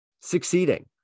succeeding